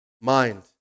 mind